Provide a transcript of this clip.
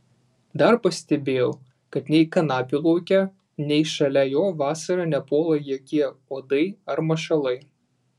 dar pastebėjau kad nei kanapių lauke nei šalia jo vasarą nepuola jokie uodai ar mašalai